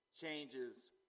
changes